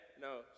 no